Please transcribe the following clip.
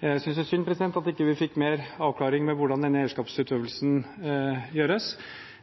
Jeg synes det er synd at vi ikke fikk mer avklaring av hvordan dette eierskapet utøves.